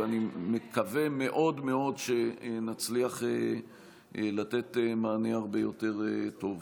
ואני מקווה מאוד מאוד שנצליח לתת מענה הרבה יותר טוב.